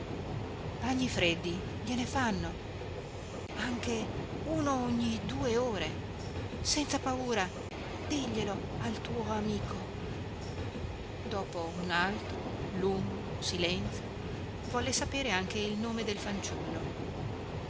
bagni freddi gliene fanno anche uno ogni due ore senza paura diglielo al tuo amico dopo un altro lungo silenzio volle sapere anche il nome del fanciullo